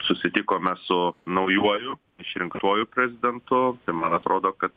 susitikome su naujuoju išrinktuoju prezidentu man atrodo kad